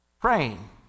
Praying